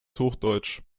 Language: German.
hochdeutsch